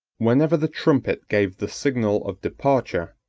whenever the trumpet gave the signal of departure,